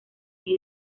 gay